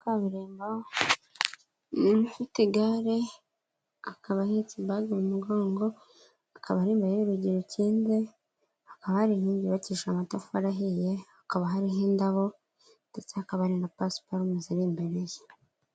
Kaburemba umuntu ufite igare akaba ahetse ibage mu mugongo akaba ari imbere y'urugi rukinze hakaba hari inkingi yubakishije amatafari ahiye hakaba hariho indabo ndetse hakaba hari na pasiparumu ziri imbere ye.